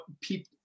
people